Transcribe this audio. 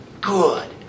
good